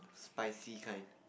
spicy kind